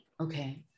okay